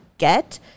Get